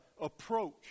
approach